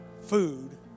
food